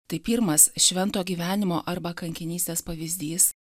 tai pirmas švento gyvenimo arba kankinystės pavyzdys